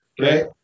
right